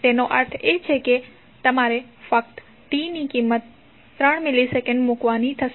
તેનો અર્થ એ કે તમારે ફક્ત t ની કિંમત 3 મિલિસેકન્ડ મુકવાની થશે